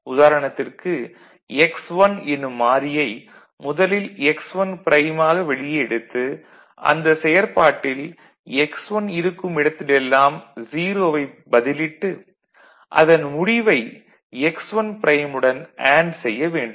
உதாரணத்திற்கு 'x1' எனும் மாறியை முதலில் 'x1 ப்ரைம்' ஆக வெளியே எடுத்து அந்த செயற்பாட்டில் 'x1' இருக்கும் இடத்தில் எல்லாம் 0 வைப் பதிலிட்டு அதன் முடிவை 'x1 ப்ரைம்' உடன் அண்டு செய்ய வேண்டும்